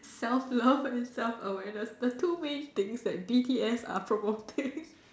self love and self awareness the two main things that D_T_S are promoting